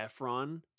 Efron